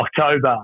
October